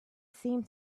seemed